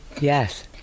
yes